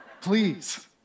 Please